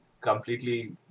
completely